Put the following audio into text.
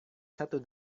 satu